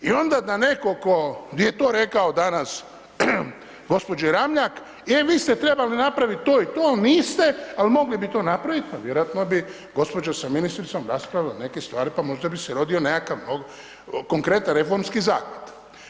I ona da netko tko je to rekao danas gospođi Ramljak, e vi ste trebali napravit to i to, niste, al mogli bi to napravit, pa vjerojatno bi gospođa sa ministricom raspravila neke stvari pa možda bi se rodio nekakav konkretan reformski zavjet.